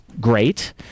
Great